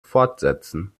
fortsetzen